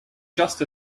just